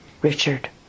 Richard